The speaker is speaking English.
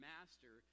Master